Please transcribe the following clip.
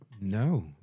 No